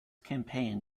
campaign